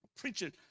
preaching